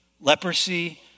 leprosy